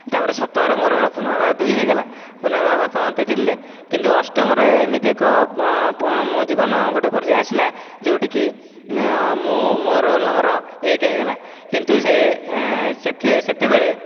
ତାପରେ ସପ୍ତମରେ ପୁନର୍ବାର ଦୁଇ ହୋଇଗଲା ପୁନର୍ବାର ବାପା ମୋତେ ଚିଡ଼ିଲେ କିନ୍ତୁ ଅଷ୍ଟମରେ ଏମିତି ଏକ ମୋ ଜୀବନ ଗୋଟେ ପର୍ଯ୍ୟାୟ ଆସିଲା ଯେଉଁଠିକି ମୁଁ ମୋର ରୋଲ ନମ୍ବର ଏକ ହୋଇଗଲା କିନ୍ତୁ ସେ ସେତେ ସେତେବେଳେ